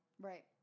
Right